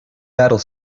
battle